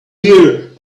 here